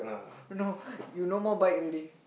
no you no more bike already